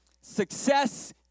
Success